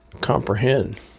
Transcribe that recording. comprehend